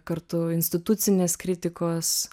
kartu institucinės kritikos